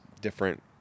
different